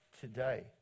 today